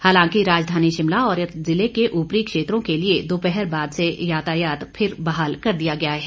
हालांकि राजधानी शिमला और ज़िले के ऊपरी क्षेत्रों के लिए दोपहर बाद से यातायात फिर बहाल कर दिया गया है